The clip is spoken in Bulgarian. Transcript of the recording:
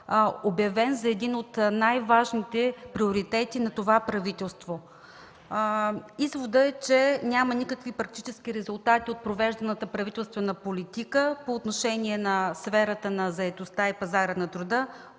обявен за един от най-важните приоритети на това правителство. Изводът е, че няма никакви практически резултати от провежданата правителствена политика по отношение на сферата на заетостта и пазара на труда,